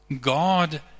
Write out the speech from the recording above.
God